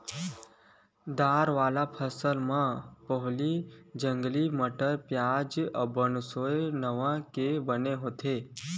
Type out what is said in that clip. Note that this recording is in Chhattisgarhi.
दार वाला फसल म पोहली, जंगली मटर, प्याजी, बनसोया नांव के बन होथे